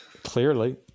Clearly